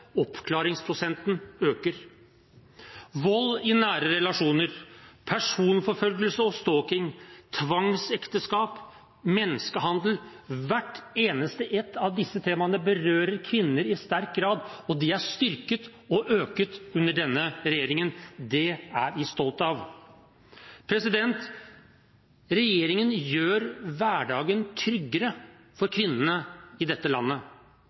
Oppklaringsprosenten øker. Vold i nære relasjoner, personforfølgelse og stalking, tvangsekteskap, menneskehandel – hvert eneste ett av disse temaene berører kvinner i sterk grad, og de er styrket og øket under denne regjeringen. Det er vi stolt av. Regjeringen gjør hverdagen tryggere for kvinnene i dette landet.